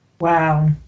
Wow